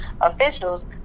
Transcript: officials